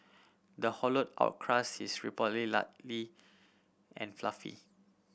the hollowed out crust is reportedly lightly and fluffy